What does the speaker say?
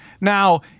Now